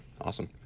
Awesome